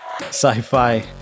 sci-fi